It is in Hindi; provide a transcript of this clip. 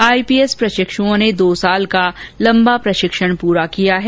आईपीएस प्रशिक्षओं ने दो साल का लंबा प्रशिक्षण पूरा किया है